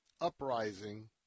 uprising